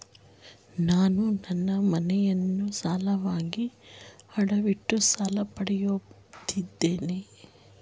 ನಾನು ನನ್ನ ಮನೆಯನ್ನು ಸಾಲವಾಗಿ ಅಡವಿಟ್ಟು ಸಾಲ ಪಡೆದಿದ್ದೇನೆ